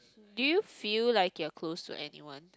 do you feel like you are close to anyone